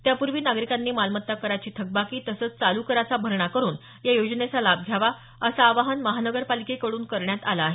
त्यापूर्वी नागरिकांनी मालमत्ता कराची थकबाकी तसंच चालू कराचा भरणा करून या योजनेचा लाभ घ्यावा असं आवाहन महानगरपालिकेकड्रन करण्यात आलं आहे